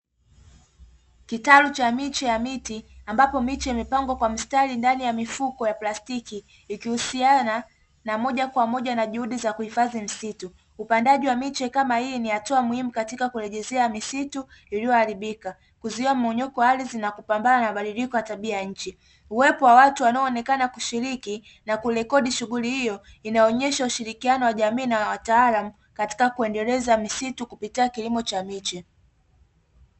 Kitalu cha miche ya miti ambapo miche imepangwa kwa mstari ndani ya mifuko ya plastiki ikihusiana na moja kwa moja na juhudi za kuhifadhi msitu ,upandaji wa miche kama hii ni hatua muhimu katika kurejelea misitu iliyoharibika kuziwa monyoko wa ardhi na kupambana na mabadiliko ya tabia ya nchi, uwepo wa watu wanaonekana kushiriki na kurekodi shughuli hiyo inaonesha ushirikiano wa jamii na wataalamu katika kuendeleza misitu kupitia kilimo cha miche.